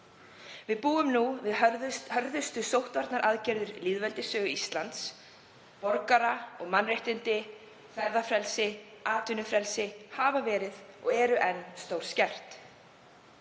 Við búum nú við hörðustu sóttvarnaaðgerðir í lýðveldissögu Íslands, borgara- og mannréttindi, ferðafrelsi og atvinnufrelsi hafa verið og eru enn stórskert.